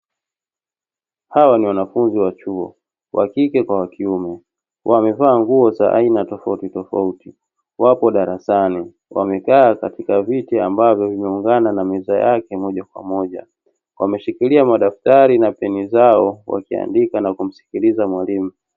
Hawa ni wanafunzi wa chuo, wakike kwa wakiume. Wamevaa nguo za aina tofauti tofauti, wapo darasani. Wamekaa katika viti ambavyo vimeungana na meza yake moja kwa moja. Wameshikilia madaftari na peni zao wakiandika na kumsikiliza mwalimu.